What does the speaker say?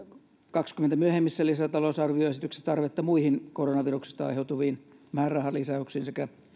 kaksikymmentä myöhemmissä lisätalousarvioesityksissä tarvetta muihin koronaviruksesta aiheutuviin määrärahalisäyksiin sekä